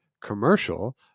commercial